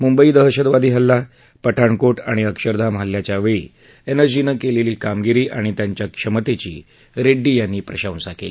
मुंबई दहशतवादी हल्ला पठाणकोट आणि अक्षरधाम हल्ल्याच्या वेळी एनएसजीनं केलेली कामगिरी आणि त्यांच्या क्षमतेची रेड्डी यांनी प्रशंसा केली